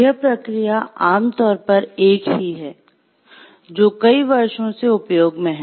यह प्रक्रिया आम तौर पर एक ही है जो कई वर्षों से उपयोग में है